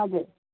हजुर